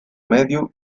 medio